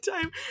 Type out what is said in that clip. time